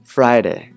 Friday